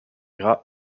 gras